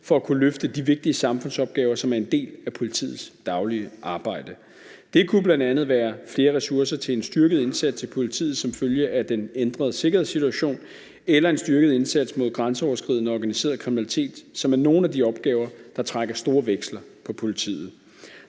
for at kunne løfte de vigtige samfundsopgaver, som er en del af politiets daglige arbejde. Det kunne bl.a. være flere ressourcer til en styrket indsats i politiet som følge af den ændrede sikkerhedssituation eller en styrket indsats mod grænseoverskridende organiseret kriminalitet, som er nogle af de opgaver, der trækker store veksler på politiet.